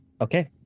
Okay